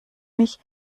mich